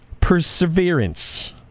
Perseverance